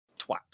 twat